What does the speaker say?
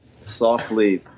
softly